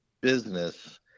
business